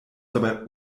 dabei